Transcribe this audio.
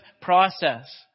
process